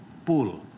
pool